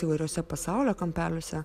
įvairiuose pasaulio kampeliuose